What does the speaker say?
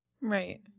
Right